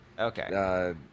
okay